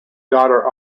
daughter